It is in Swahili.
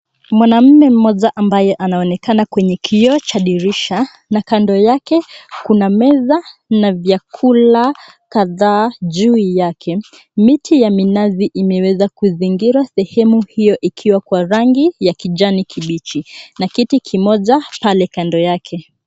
Mwanamme mmoja ambaye anaonekana kwenye kioo cha dirisha na kando yake kuna meza na vyakula kadhaa juu yake. Miti ya minazi imeweza kuzingira sehemu hio ikiwa kwa rangi ya kijani kibichi na kiti kimoja pale kando yake.